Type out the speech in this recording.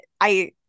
I-